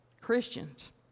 Christians